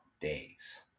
days